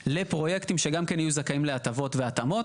לפרויקטים שגם כן יהיו זכאים להטבות והתאמות.